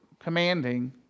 commanding